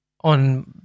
on